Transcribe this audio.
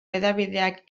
hedabideak